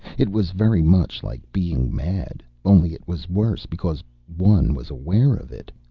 it was very much like being mad, only it was worse because one was aware of it.